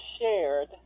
shared